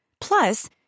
Plus